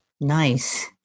nice